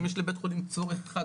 אם יש לבית חולים צורך אחד,